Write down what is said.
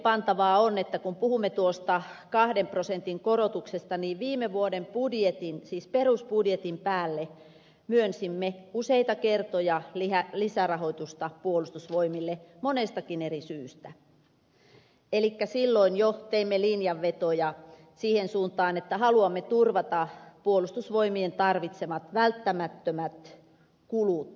merkillepantavaa on että kun puhumme tuosta kahden prosentin korotuksesta niin viime vuoden budjetin siis perusbudjetin päälle myönsimme useita kertoja lisärahoitusta puolustusvoimille monestakin eri syystä elikkä silloin jo teimme linjanvetoja siihen suuntaan että haluamme turvata puolustusvoimien tarvitsemat välttämättömät kulut